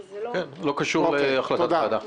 וזה לא --- לא קשור להחלטת הוועדה.